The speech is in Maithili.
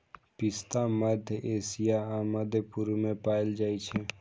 पिस्ता मध्य एशिया आ मध्य पूर्व मे पाएल जाइ छै